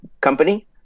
company